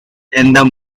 and